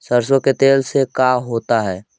सरसों के तेल से का होता है?